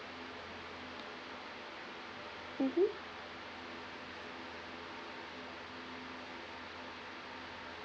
mmhmm